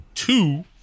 Two